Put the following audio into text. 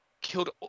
Killed